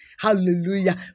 Hallelujah